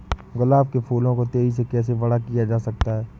गुलाब के फूलों को तेजी से कैसे बड़ा किया जा सकता है?